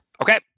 Okay